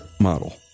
Model